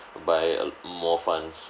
buy uh l~ more funds